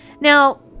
Now